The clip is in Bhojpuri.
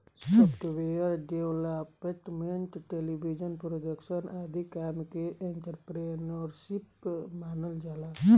सॉफ्टवेयर डेवलपमेंट टेलीविजन प्रोडक्शन आदि काम के भी एंटरप्रेन्योरशिप मानल जाला